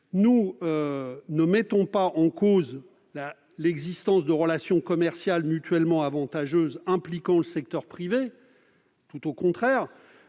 Nous ne mettons pas en cause l'existence de relations commerciales mutuellement avantageuses impliquant le secteur privé- bien au contraire